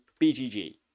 BGG